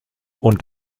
und